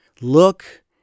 Look